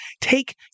take